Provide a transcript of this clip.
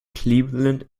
cleveland